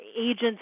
agents